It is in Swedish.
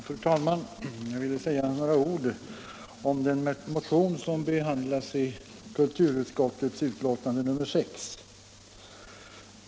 Fru talman! Jag ville säga några ord om den motion som behandlas i kulturutskottets betänkande.